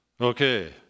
Okay